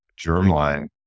germline